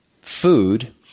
food